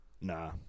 Nah